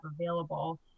available